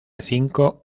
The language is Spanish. cinco